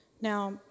Now